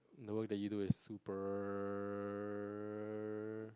the work that you do is super